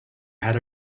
had